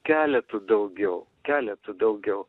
keletu daugiau keletu daugiau